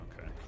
Okay